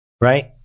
Right